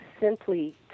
simply